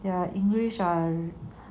there are english